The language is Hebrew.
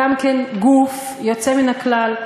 גם כן גוף יוצא מן הכלל,